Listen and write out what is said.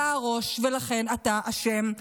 אתה הראש ולכן אתה אשם.